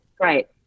Right